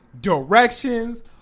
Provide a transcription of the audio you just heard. directions